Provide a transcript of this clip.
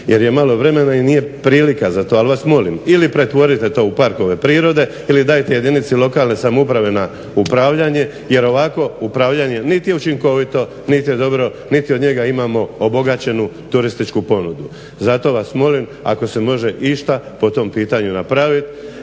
jer je malo vremena i nije prilika za to. Ali vas molim ili pretvorite to u parkove prirode ili dajte jedinici lokalne samouprave na upravljanje, jer ovako upravljanje niti je učinkovito, niti je dobro, niti od njega imamo obogaćenu turističku ponudu. Zato vas molim ako se može išta po tom pitanju napravit.